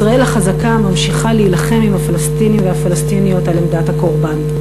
ישראל החזקה ממשיכה להילחם עם הפלסטינים והפלסטיניות על עמדת הקורבן.